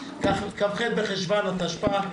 כ"ח בחשוון תשפ"א,